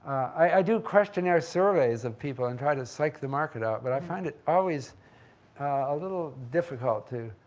i do questionnaire surveys of people and try to psych the market out, but i find it always a little difficult to.